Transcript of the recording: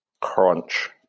Crunch